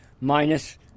minus